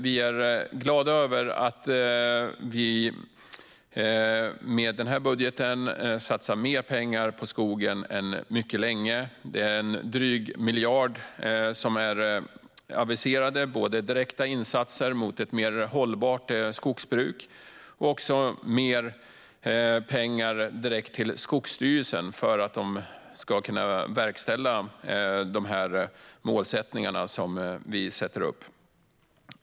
Vi är glada över att mer pengar satsas på skogen i och med den här budgeten än på mycket länge. Drygt 1 miljard har aviserats som ska gå till direkta insatser för ett mer hållbart skogsbruk och till Skogsstyrelsen för att den ska kunna verkställa de mål som vi sätter upp.